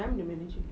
I'm the manager